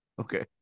Okay